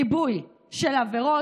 ריבוי של עבירות,